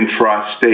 intrastate